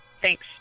thanks